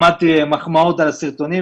שמעתי מחמאות על הסרטונים,